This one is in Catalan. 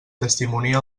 testimonia